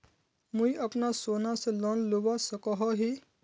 मुई अपना सोना से लोन लुबा सकोहो ही?